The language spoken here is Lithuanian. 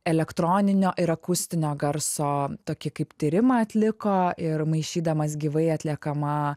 elektroninio ir akustinio garso tokį kaip tyrimą atliko ir maišydamas gyvai atliekamą